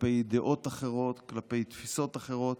כלפי דעות אחרות, כלפי תפיסות אחרות,